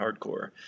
hardcore